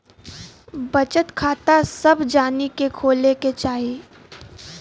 बचत खाता सभ जानी के खोले के चाही